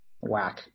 whack